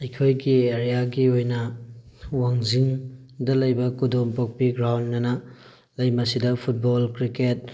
ꯑꯩꯈꯣꯏꯒꯤ ꯑꯔꯤꯌꯥꯒꯤ ꯑꯣꯏꯅ ꯋꯥꯡꯖꯤꯡꯗ ꯂꯩꯕ ꯀꯨꯗꯣꯝꯄꯣꯛꯄꯤ ꯒ꯭ꯔꯥꯎꯟ ꯑꯅ ꯂꯩ ꯃꯁꯤꯗ ꯐꯨꯠꯕꯣꯜ ꯀ꯭ꯔꯤꯛꯀꯦꯠ